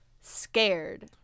scared